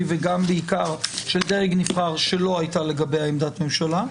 וגם בעיקר של דרג נבחר שלא הייתה לגביה עמדת ממשלה.